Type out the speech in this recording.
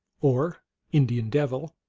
or indian devil,